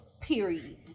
Period